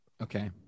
Okay